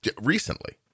Recently